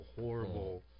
horrible